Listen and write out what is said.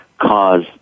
cause